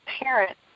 parent